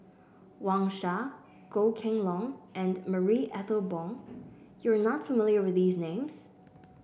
Wang Sha Goh Kheng Long and Marie Ethel Bong you are not familiar with these names